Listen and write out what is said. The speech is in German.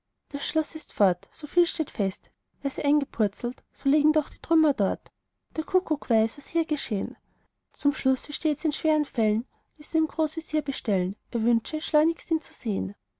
das schloß ist fort soviel steht fest wär's eingepurzelt so lägen doch die trümmer dort der kuckuck weiß was hier geschehn zum schluß wie stets in schweren fällen ließ er dem großvezier bestellen er wünsche schleunigst ihn zu sehn